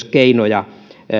keinoja myös